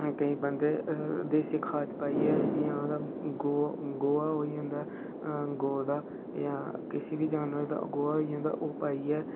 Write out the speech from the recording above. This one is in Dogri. केईं बंदे देसी खाद पाइयै जियां गौ गोहा होई जंदा ऐ गौ दा जां किसे बी जानवर दा ओह् गोहा होई जंदा ओह् पाइयै